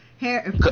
hair